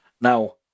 Now